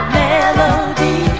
melody